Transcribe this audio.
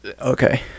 okay